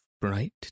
bright